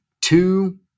two